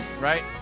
right